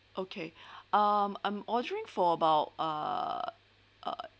okay um I'm ordering for about uh uh